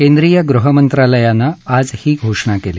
केंद्रीय गृह मंत्रालयानं आज ही घोषणा केली